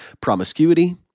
promiscuity